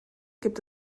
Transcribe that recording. gibt